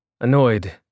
Annoyed